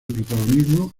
protagonismo